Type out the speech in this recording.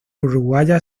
uruguaya